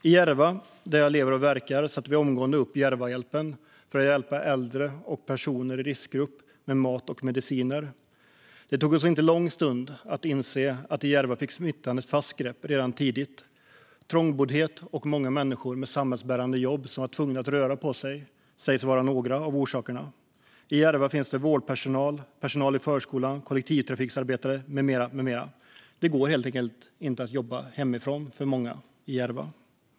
I Järva, där jag lever och verkar, satte vi omgående upp Järvahjälpen för att hjälpa äldre och personer i riskgrupp med mat och mediciner. Det tog oss inte lång stund att inse att smittan fick ett fast grepp i Järva redan tidigt. Trångboddhet och många människor med samhällsbärande jobb som var tvungna att röra på sig sägs vara några av orsakerna. I Järva finns det vårdpersonal, personal i förskolan, kollektivtrafiksarbetare med mera. Det går helt enkelt inte att jobba hemifrån för många i Järva.